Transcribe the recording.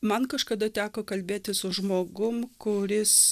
man kažkada teko kalbėtis su žmogum kuris